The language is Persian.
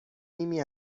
نیمی